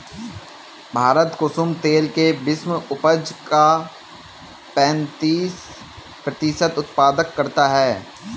भारत कुसुम तेल के विश्व उपज का पैंतीस प्रतिशत उत्पादन करता है